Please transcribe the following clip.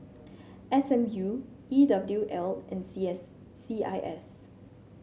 S M U E W L and C S C I S